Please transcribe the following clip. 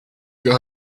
other